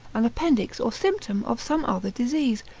an appendix or symptom of some other disease,